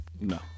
no